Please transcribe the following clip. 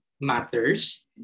matters